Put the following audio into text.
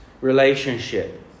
relationship